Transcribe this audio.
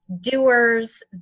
doers